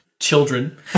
Children